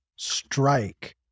strike